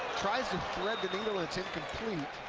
tries to thread the needle, it's incomplete.